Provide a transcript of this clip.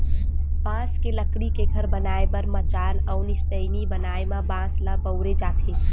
बांस के लकड़ी के घर बनाए बर मचान अउ निसइनी बनाए म बांस ल बउरे जाथे